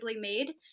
made